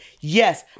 Yes